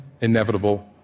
inevitable